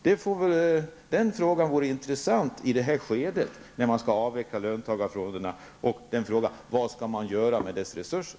Det vore intressant att få svar på den frågan i detta skede, när löntagarfonderna skall avvecklas och vi skall ta ställning till vad vi skall göra med deras resurser.